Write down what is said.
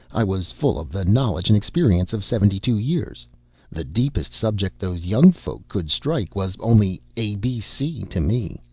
i was full of the knowledge and experience of seventy-two years the deepest subject those young folks could strike was only a b c to me.